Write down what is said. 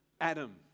Adam